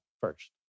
first